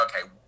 okay